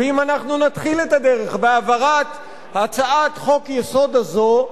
ואם אנחנו נתחיל את הדרך בהעברת הצעת חוק-יסוד זו,